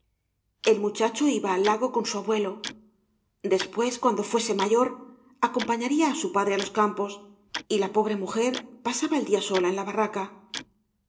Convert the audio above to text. el muchacho iba al lago con su abuelo después cuando fuese mayor acompañaría á su padre á los campos y la pobre n ujer pasaba el día sola en la barraca